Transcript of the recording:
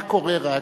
מה קורה רק,